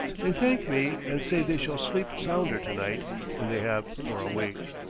they thank me and say they shall sleep sounder tonight than they have for a week.